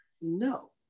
no